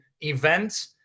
event